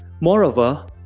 Moreover